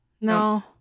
No